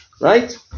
right